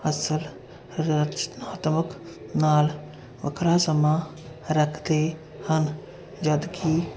ਅਸਲ ਰਚਨਾਤਮਕ ਨਾਲ ਵੱਖਰਾ ਸਮਾਂ ਰੱਖਦੇ ਹਨ ਜਦ ਕਿ